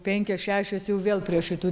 penkios šešios jau vėl prie šitų